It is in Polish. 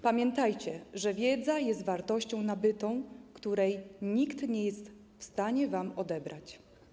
Pamiętajcie, że wiedza jest wartością nabytą, której nikt nie jest w stanie wam odebrać.